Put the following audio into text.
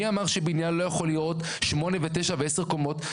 מי אמר שבניין לא יכול להיות 8, 9 ו-10 קומות?